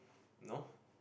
no